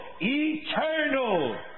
eternal